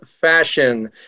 fashion